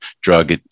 drug